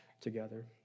together